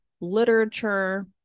literature